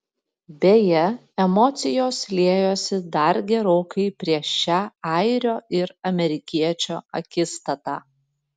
beje emocijos liejosi dar gerokai prieš šią airio ir amerikiečio akistatą